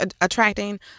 attracting